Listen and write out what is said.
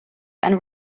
and